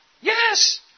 Yes